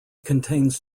contains